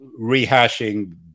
rehashing